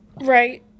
Right